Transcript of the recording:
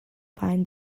find